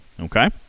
okay